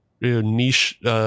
niche